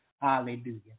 Hallelujah